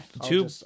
two